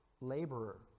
laborer